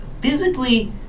physically